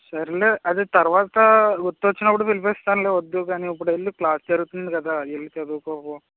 సరేలే అది తరువాత గుర్తు వచ్చినప్పుడు పిలిపిస్తానులే వద్దువులే కాని ఇప్పుడు వెళ్ళు క్లాస్ జరుగుతుంది కదా వెళ్ళు చదువుకో పో